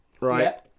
right